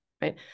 Right